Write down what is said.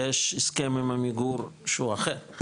יש הסכם עם עמיגור שהוא אחר,